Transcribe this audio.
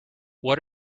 what